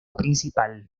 principal